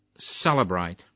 celebrate